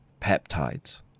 peptides